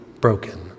broken